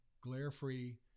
glare-free